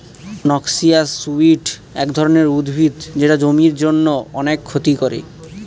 noxious weed এক ধরনের উদ্ভিদ যেটা জমির জন্য অনেক ক্ষতি করে